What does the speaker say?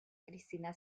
cristina